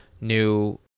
new